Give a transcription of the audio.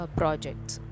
projects